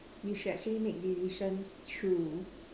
you should actually make decisions through